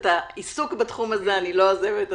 את העיסוק בתחום הזה אני לא עוזבת.